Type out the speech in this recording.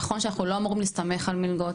נכון שאנחנו לא אמורים להסתמך על מלגות,